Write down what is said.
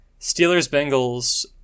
Steelers-Bengals